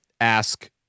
ask